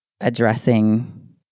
addressing